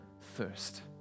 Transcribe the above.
thirst